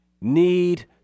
need